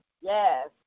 Yes